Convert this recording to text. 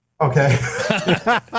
Okay